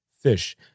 fish